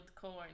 corn